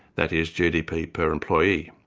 that is gdp per employee.